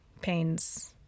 pains